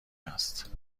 است